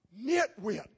nitwit